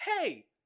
Hey